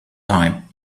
time